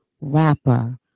rapper